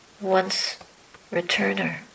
once-returner